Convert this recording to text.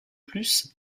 plus